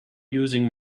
using